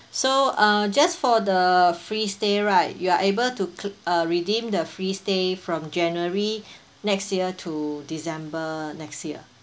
so uh just for the free stay right you are able to redeem the free stay from january next year to december next year